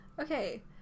okay